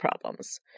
problems